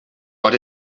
but